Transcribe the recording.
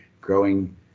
growing